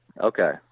okay